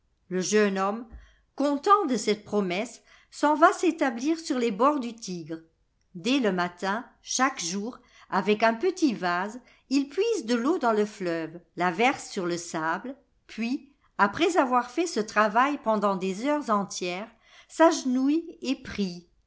le jeune homme content de cette promesse s'en va s'établir sur les bords du tigre dès le matin chaque jour avec un petit vase il puise de l'eau dans le fleuve la verse sur le sable puis après avoir fait ce travail pendant des heures entières s'agenouille et prie